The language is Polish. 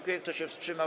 Kto się wstrzymał?